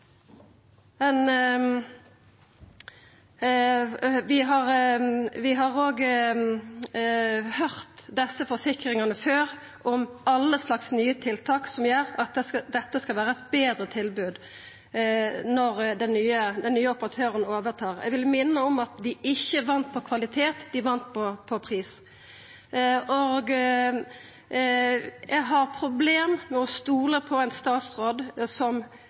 ein meir audmjuk statsråd, da vi veit at det er folk med risikofødslar som har født på eit fastlegekontor. Det er berre flaks at liv ikkje har gått tapt. Vi har før òg høyrt forsikringane om alle slags nye tiltak som gjer at det skal vera eit betre tilbod når den nye operatøren overtar. Eg vil minna om at dei ikkje vann på kvalitet, dei vann på pris. Eg